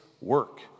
work